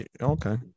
Okay